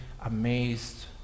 amazed